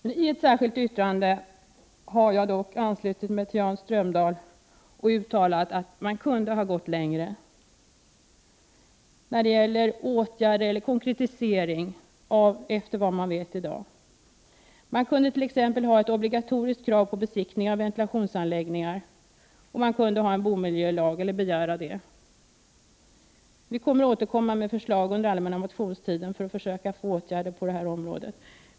I ett särskilt yttrande har jag dock anslutit mig till Jan Strömdahl och uttalat att man efter vad man vet i dag kunde ha gått längre när det gäller konkretisering och åtgärder mot sjuka hus. Man kunde t.ex. ha ett obligatoriskt krav på besiktning av ventilationsanläggningar, och man kunde ha en bomiljölag eller begära förslag till en sådan. Vi återkommer med förslag under allmänna motionstiden för att försöka få till stånd åtgärder på det här området.